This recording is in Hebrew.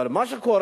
אבל מה שקורה,